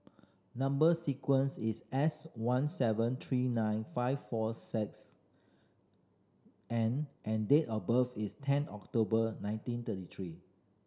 number sequence is S one seven three nine five four six N and date of birth is ten October nineteen thirty three